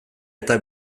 eta